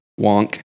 wonk